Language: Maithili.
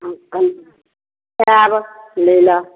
हँ हम आयब लै लए